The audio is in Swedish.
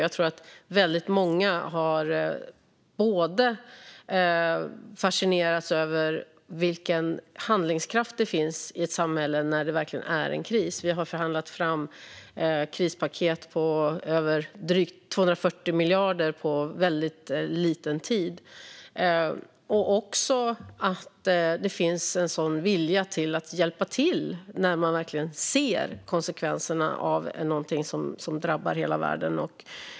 Jag tror att väldigt många har fascinerats av vilken handlingskraft det finns i ett samhälle när det verkligen är en kris - vi har förhandlat fram krispaket på drygt 240 miljarder på väldigt kort tid - och av att det finns en sådan vilja till att hjälpa till när man verkligen ser konsekvenserna av någonting som drabbar hela världen.